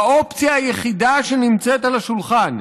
האופציה היחידה שנמצאת על השולחן,